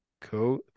Cool